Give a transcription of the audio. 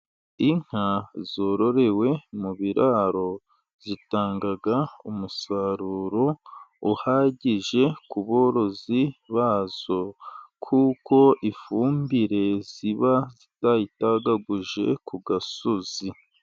Inka zororewe mu biraro, zitanga umusaruro uhagije, ku borozi bazo, kuko ifumbire ziba zitayitagaguje, ku gasozi.